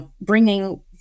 bringing